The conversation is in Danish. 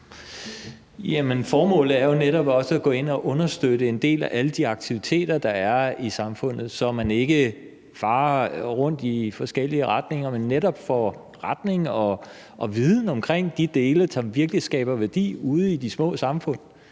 at gå ind og understøtte en del af alle de aktiviteter, der er i samfundet, så man ikke farer rundt i forskellige retninger, men netop får retning og viden om de dele, som virkelig skaber værdi ude i de små samfund.